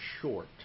short